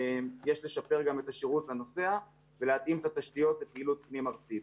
יש לפשר גם את השירות לנוסע ולהתאים את התשתיות לפעילות פנים-ארצית.